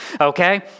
Okay